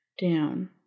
down